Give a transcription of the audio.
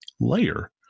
layer